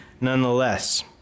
nonetheless